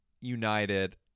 united